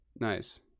Nice